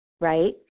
Right